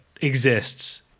exists